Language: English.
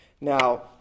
Now